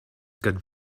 got